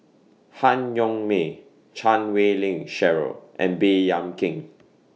Han Yong May Chan Wei Ling Cheryl and Baey Yam Keng